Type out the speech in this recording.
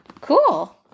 Cool